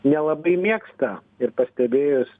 nelabai mėgsta ir pastebėjus